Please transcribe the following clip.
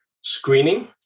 screening